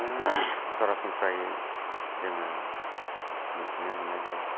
सरासनस्रायै जोङो मिथिनो मोनो जे